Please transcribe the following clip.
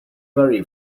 very